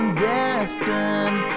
destined